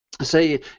say